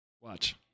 Watch